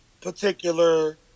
particular